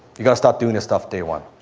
you gotta stop doing this stuff day one.